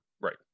Right